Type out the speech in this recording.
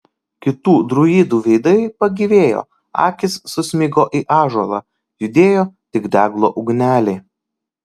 kitų druidų veidai pagyvėjo akys susmigo į ąžuolą judėjo tik deglo ugnelė